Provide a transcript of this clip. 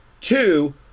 two